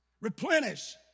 Replenish